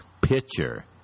pitcher